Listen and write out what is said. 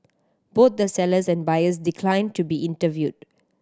both the sellers and buyers declined to be interviewed